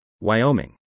Wyoming